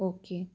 okay